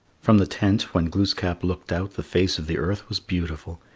from the tent, when glooskap looked out, the face of the earth was beautiful.